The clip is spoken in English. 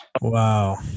Wow